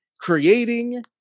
creating